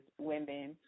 women